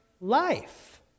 life